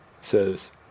says